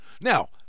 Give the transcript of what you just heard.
Now